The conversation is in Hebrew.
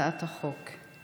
ההצעה להעביר את הצעת חוק הכניסה